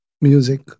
music